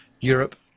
Europe